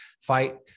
fight